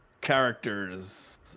characters